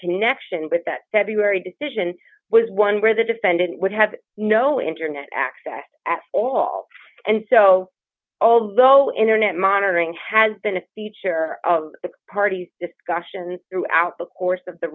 connection with that february decision was one where the defendant would have no internet access at all and so although internet monitoring has been a feature of the parties discussions throughout the course of the